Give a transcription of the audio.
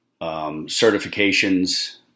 certifications